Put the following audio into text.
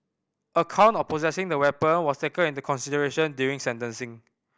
a count of possessing the weapon was taken into consideration during sentencing